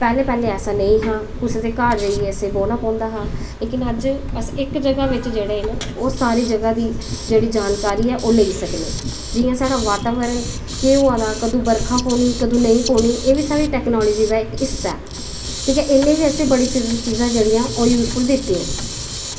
पैह्लें पैह्लें ऐसा नेईं हा कुसै दे घर जाइयै असें ई बौह्ना पौंदा हा लेकिन अज्ज ऐसी जगह बिच जेह्ड़े न ओह् सारी जेह्ड़ी जानकारी ऐ ओह् लेई सकने जियां साढ़ा वातावरण केह् होआ दा कदूं बरखा पौनी कदूं नेईं पौनी एह्बी साढ़ी टेक्नोलॉज़ी दा हिस्सा ऐ ते इन्ने बी बड़ी सारी चीज़ां ओह् यूज़फुल दित्तियां